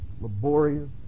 laborious